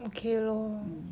okay lor